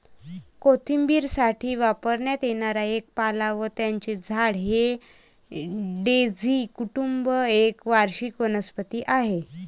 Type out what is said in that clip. कोशिंबिरीसाठी वापरण्यात येणारा एक पाला व त्याचे झाड हे डेझी कुटुंब एक वार्षिक वनस्पती आहे